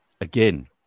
Again